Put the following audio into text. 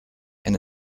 and